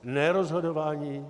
Ne rozhodování.